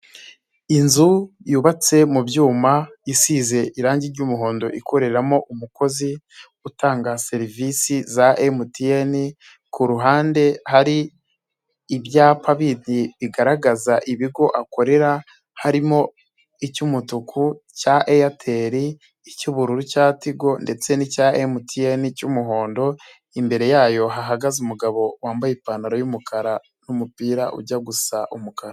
Inzu yubatse mu byuma isize irangi ry'umuhondo ikoreramo umukozi utanga serivisi za MTN, ku ruhande hari ibyapaindi bigaragaza ibigo akorera harimo icy'umutuku cya Airtel, icy'ubururu cya Tigo, ndetse n'icya MTN cy'umuhondo, imbere yayo hahagaze umugabo wambaye ipantaro y'umukara n'umupira ujya gusa umukara.